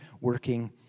working